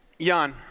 Jan